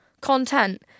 content